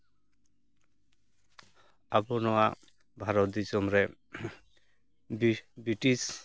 ᱟᱵᱚ ᱱᱚᱣᱟ ᱵᱷᱟᱨᱚᱛ ᱫᱤᱥᱚᱢ ᱨᱮ ᱵᱨᱤᱴᱤᱥ